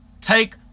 Take